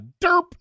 derp